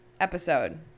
episode